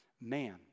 man